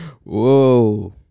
Whoa